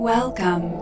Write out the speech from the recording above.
Welcome